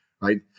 right